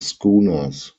schooners